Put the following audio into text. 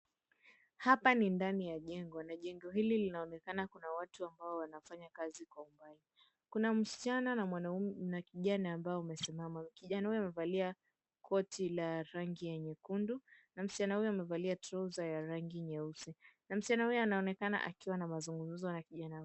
Hapa ni ndani ya jengo, na jengo hili linaonekana kuna watu ambao wanafanya kazi kwa umbali. Kuna msichana na kijana ambao wamesimama, kijana huyo amevalia koti ya rangi ya nyekundu na msichana huyo amevalia trouser ya rangi nyeusi, na msichana huyo anaonekana akiwa na mazungumzo na kijana.